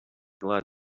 glad